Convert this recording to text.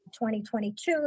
2022